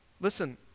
Listen